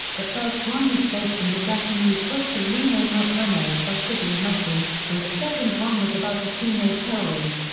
the first one was based on the japanese book kirino mukouno fushigina machi, and the second one was about a teenage heroine.